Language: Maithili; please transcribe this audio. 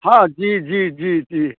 हँ जी जी जी जी